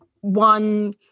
one